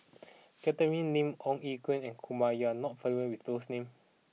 Catherine Lim Ong Ye Kung and Kumar you are not familiar with those names